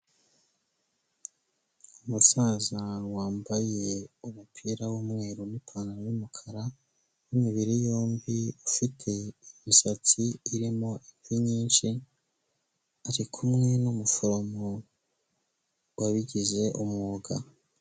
Umusaza wambaye umupira w'umweru n'ipantaro y'umukara w'imibiri yombi, ufite imisatsi irimo imvi nyinshi, ari kumwe n'umuforomo wabigize umwuga.